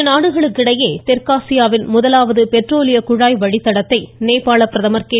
இருநாடுகளுக்கு இடையே தெற்காசியாவின் முதலாவது பெட்ரோலிய குழாய் வழித்தடத்தை நேபாள பிரதமர் கே